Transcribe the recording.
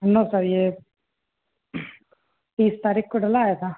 नहीं सर यह तीस तारीख को डलाया था